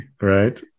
Right